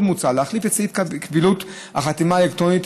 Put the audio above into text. עוד מוצע להחליף את סעיף קבילות החתימה האלקטרונית.